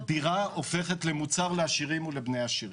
דירה הופכת למוצר לעשירים ובני עשירים.